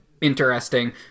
interesting